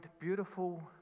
beautiful